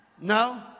No